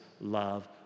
love